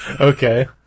okay